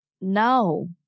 No